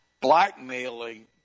blackmailing